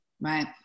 Right